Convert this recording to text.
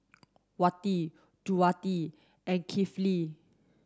wati Juwita and Kifli